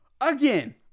Again